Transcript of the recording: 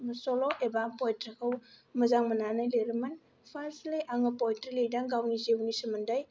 सल' एबा पयेट्रिखौ मोजां मोननानै लिरोमोन फार्स्टलि आङो पयेट्रि लिरदों गावनि जिउनि सोमोन्दै